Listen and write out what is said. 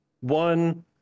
One